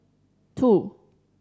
two